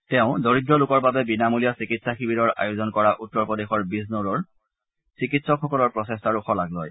তেওঁ দৰিদ্ৰ লোকৰ বাবে বিনামূলীয়া চিকিৎসা শিবিৰৰ আয়োজন কৰা উত্তৰ প্ৰদেশৰ বিজনোৰৰ চিকিৎসকসকলৰ প্ৰচেষ্টাৰে শলাগ লয়